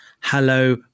hello